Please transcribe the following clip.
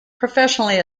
professionally